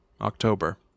October